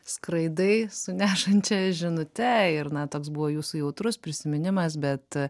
skraidai su nešančia žinute ir na toks buvo jūsų jautrus prisiminimas bet